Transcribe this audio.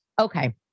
Okay